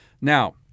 Now